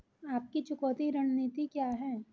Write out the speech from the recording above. आपकी चुकौती रणनीति क्या है?